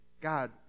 God